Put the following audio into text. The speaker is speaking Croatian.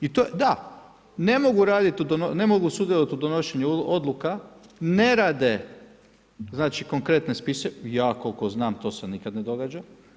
I to je, da, ne mogu raditi, ne mogu sudjelovati u donošenju odluka, ne rade znači konkretne spise, ja koliko znam to se nikada ne događa.